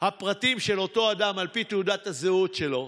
הפרטים של אותו אדם על פי תעודת הזהות שלו.